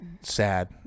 sad